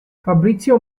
fabrizio